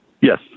Yes